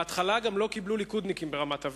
בהתחלה גם לא קיבלו ליכודניקים לרמת-אביב,